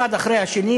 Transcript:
האחד אחרי השני,